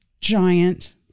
giant